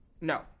no